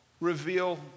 reveal